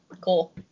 Cool